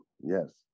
Yes